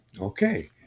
Okay